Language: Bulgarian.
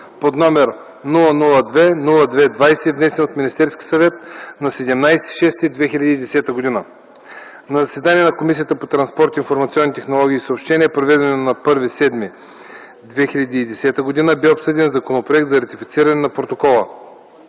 шелф, № 002-02-20, внесен от Министерския съвет на 17 юни 2010 г. На заседание на Комисията по транспорт, информационни технологии и съобщения, проведено на 1 юли 2010 г., бе обсъден Законопроект за ратифициране на Протокола.